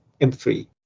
M3